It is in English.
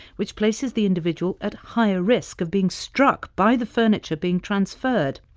which places the individual at higher risk of being struck by the furniture being transferred.